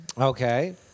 Okay